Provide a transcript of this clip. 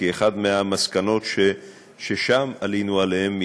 כי אחת מהמסקנות ששם עלינו עליהן,